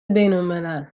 بینالملل